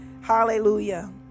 hallelujah